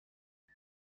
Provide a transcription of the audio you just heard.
این